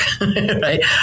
right